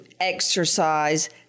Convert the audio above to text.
exercise